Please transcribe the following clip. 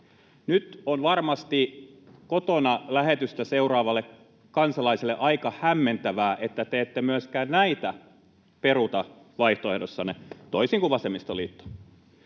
Nyt on varmasti kotona lähetystä seuraavalle kansalaiselle aika hämmentävää, että te ette myöskään näitä peruuta vaihtoehdossanne, toisin kuin vasemmistoliitto.